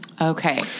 Okay